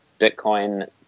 Bitcoin